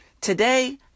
Today